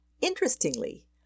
Interestingly